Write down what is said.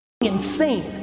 insane